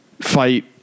fight